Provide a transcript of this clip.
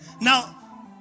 Now